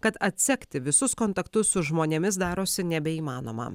kad atsekti visus kontaktus su žmonėmis darosi nebeįmanoma